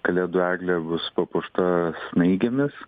kalėdų eglė bus papuošta snaigėmis